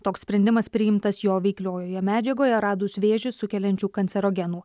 toks sprendimas priimtas jo veikliojoje medžiagoje radus vėžį sukeliančių kancerogenų